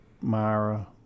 myra